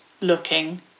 looking